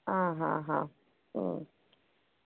ಆಂ ಹಾಂ ಹಾಂ ಹ್ಞೂ